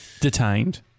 Detained